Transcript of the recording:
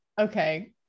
okay